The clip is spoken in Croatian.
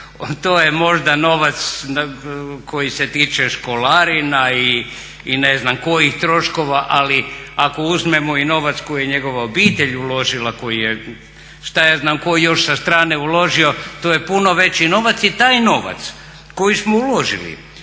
To je možda novac koji se tiče školarina i ne znam kojih troškova ali ako uzmemo i novac koji je njegova obitelj uložila, što ja znam, tko je još sa strane uložio, to je puno veći novac. I taj novac koji smo uložili